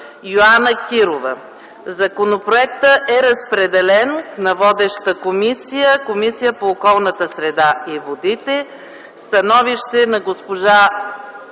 Йоана Кирова. Законопроектът е разпределен на водеща комисия - Комисията по околната среда и водите. Със становището на комисията